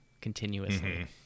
continuously